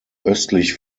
östlich